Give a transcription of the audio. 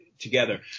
together